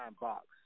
Box